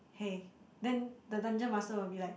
hey then the dungeon master will be like